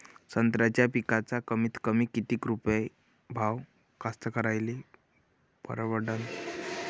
संत्र्याचा पिकाचा कमीतकमी किती रुपये भाव कास्तकाराइले परवडन?